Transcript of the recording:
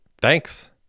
Thanks